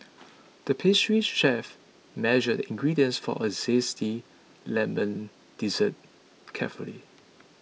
the pastry chef measured the ingredients for a Zesty Lemon Dessert carefully